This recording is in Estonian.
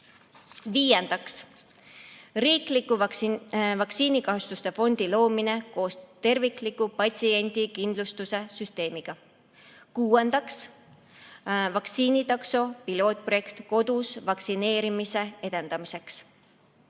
Viiendaks, riikliku vaktsiinikahjustuste fondi loomine koos tervikliku patsiendikindlustuse süsteemiga. Kuuendaks, vaktsiinitakso pilootprojekt kodus vaktsineerimise edendamiseks.